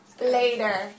later